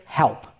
help